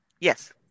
Yes